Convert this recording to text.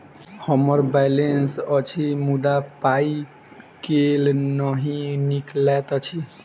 हम्मर बैलेंस अछि मुदा पाई केल नहि निकलैत अछि?